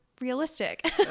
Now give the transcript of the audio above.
realistic